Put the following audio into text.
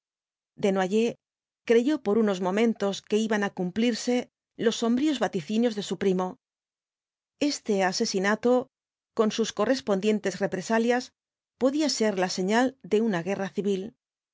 una revolución desnoyers creyó por unos momentos que iban á cumplirse los sombríos vaticinios de su primo este asesinato con sus correspondientes represalias podía ser la señal de una guerra civil pero